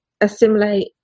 assimilate